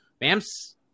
Bam's